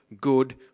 good